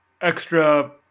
extra